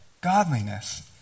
godliness